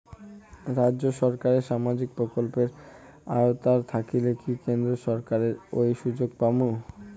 রাজ্য সরকারের সামাজিক প্রকল্পের আওতায় থাকিলে কি কেন্দ্র সরকারের ওই সুযোগ পামু?